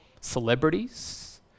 celebrities